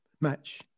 match